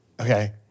Okay